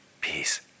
Peace